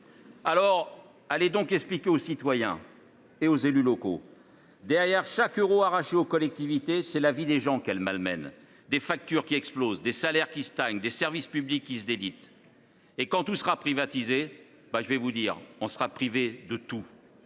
Allez donc l’expliquer aux citoyens et aux élus locaux ! Derrière chaque euro arraché aux collectivités, c’est la vie des gens qui est malmenée : factures qui explosent, salaires qui stagnent, services publics qui se délitent. Quand tout sera privatisé, nous serons privés de tout.